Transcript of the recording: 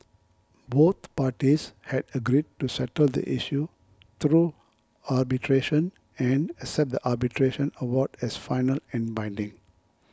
both parties had agreed to settle the issue through arbitration and accept the arbitration award as final and binding